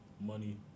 money